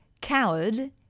coward